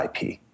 IP